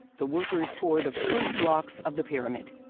the workers pour the first blocks of the pyramid.